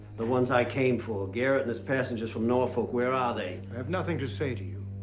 the ones i came for. garrett and his passengers from norfolk. where are they? i have nothing to say to you.